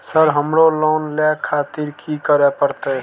Sir हमरो loan ले खातिर की करें परतें?